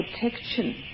protection